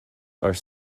are